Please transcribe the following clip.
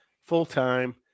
full-time